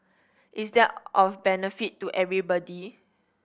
is that of benefit to everybody